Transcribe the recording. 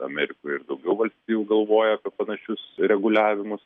amerikoj ir daugiau valstijų galvoja apie panašius reguliavimus